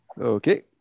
Okay